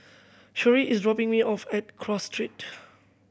Sherrie is dropping me off at Cross Street